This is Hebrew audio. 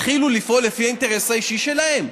התחילו לפעול לפי האינטרס האישי שלהם.